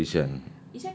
ijaz or ishan